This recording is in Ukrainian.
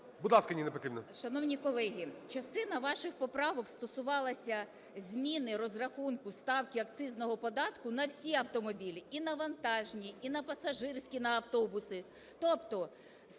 Шановні колеги, частина ваших поправок стосувалася зміни розрахунку ставки акцизного податку на всі автомобілі – і на вантажні, і на пасажирські на автобуси.